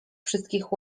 wszystkich